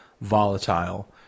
volatile